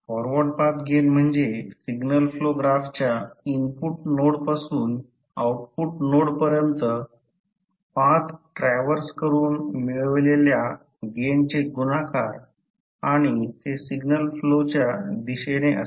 forward path gain म्हणजे signal flow ग्राफच्या input node पासून आउटपुट नोड पर्यंत पाथ ट्रॅव्हर्स करून मिळवलेल्या गेनचे गुणाकार आणि ते सिग्नल फ्लोच्या दिशेने असते